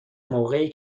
موقعی